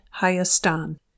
Hayastan